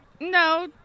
no